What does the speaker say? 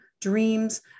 dreams